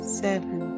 seven